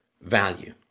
value